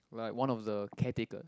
like one of the care taker